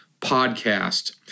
podcast